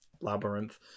labyrinth